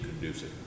conducive